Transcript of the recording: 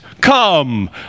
Come